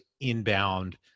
inbound